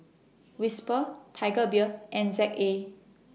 Whisper Tiger Beer and Z A